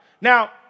Now